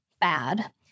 bad